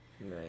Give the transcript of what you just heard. right